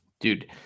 Dude